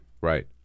Right